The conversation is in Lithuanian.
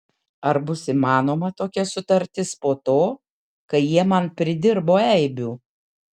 ar bus įmanoma tokia sutartis po to kai jie man pridirbo eibių